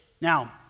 Now